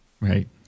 Right